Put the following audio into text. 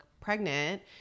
pregnant